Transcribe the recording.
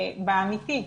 באמיתי,